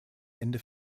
ende